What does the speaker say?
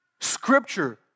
Scripture